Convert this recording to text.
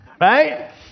Right